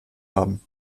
haben